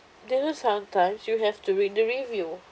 do you know sometimes you have to read the review